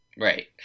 Right